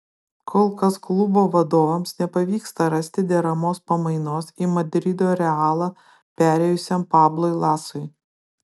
kol kas klubo vadovams nepavyksta rasti deramos pamainos į madrido realą perėjusiam pablui lasui